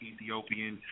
Ethiopian